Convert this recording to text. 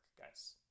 guys